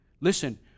Listen